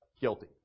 Guilty